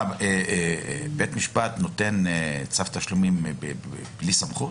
בית משפט נותן צו תשלומים בלי סמכות?